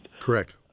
Correct